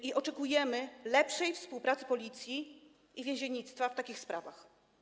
I oczekujemy lepszej współpracy policji i więziennictwa w takich sprawach.